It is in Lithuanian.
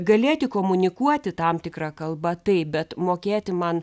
galėti komunikuoti tam tikra kalba taip bet mokėti man